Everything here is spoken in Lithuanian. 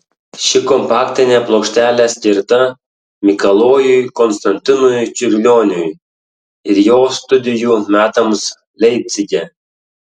ši kompaktinė plokštelė skirta mikalojui konstantinui čiurlioniui ir jo studijų metams leipcige